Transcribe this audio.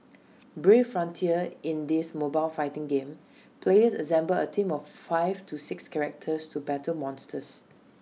brave frontier in this mobile fighting game players assemble A team of five to six characters to battle monsters